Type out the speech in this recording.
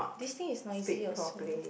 this thing is noisy also